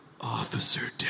Officer